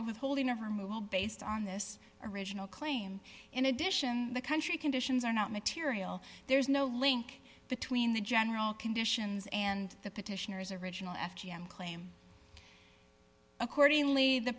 of withholding of removal based on this original claim in addition the country conditions are not material there's no link between the general conditions and the petitioners original f p m claim accordingly the